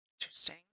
Interesting